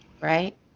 Right